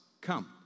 come